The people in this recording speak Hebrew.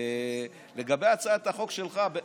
לגבי הצעת החוק שלך,